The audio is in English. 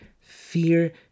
Fear